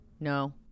No